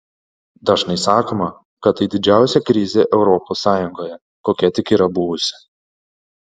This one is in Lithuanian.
dažnai sakoma kad tai didžiausia krizė europos sąjungoje kokia tik yra buvusi